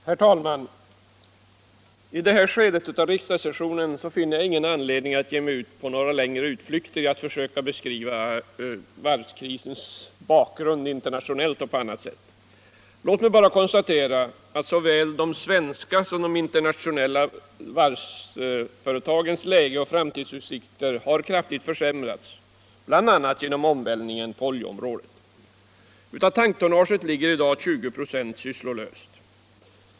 Herr talman! I det här skedet av riksdagssessionen finner jag ingen anledning att ge mig ut på några längre utflykter genom att försöka beskriva varvskrisens bakgrund — internationellt och på annat sätt. Låt mig bara konstatera att såväl de svenska som de internationella varvsföretagens läge och framtidsutsikter kraftigt försämrats, bl.a. genom omvälvningen på oljeområdet. Av tanktonnaget ligger i dag 20 96 sysslolöst.